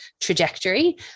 trajectory